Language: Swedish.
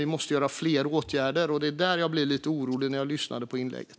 Vi måste vidta fler åtgärder, och det var där jag blev lite orolig när jag lyssnade på inlägget.